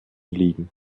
liegen